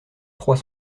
trois